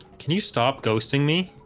can you stop ghosting me?